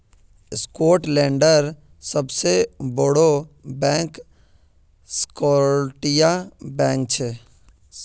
स्कॉटलैंडेर सबसे बोड़ो बैंक स्कॉटिया बैंक छे